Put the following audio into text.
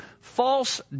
false